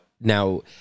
Now